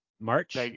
March